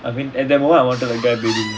I mean at that moment I wanted a guy baby